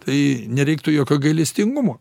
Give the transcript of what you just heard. tai nereiktų jokio gailestingumo